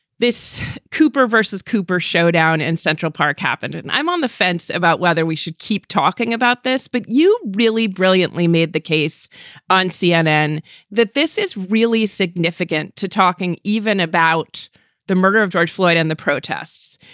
this cooper versus cooper showdown in central park happened. and i'm on the fence about whether we should keep talking about this. but you really brilliantly made the case on cnn that this is really significant to talking even about the murder of jorge floyd and the protests,